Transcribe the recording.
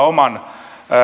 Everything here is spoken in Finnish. oman